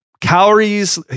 calories